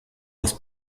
was